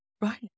Right